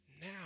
now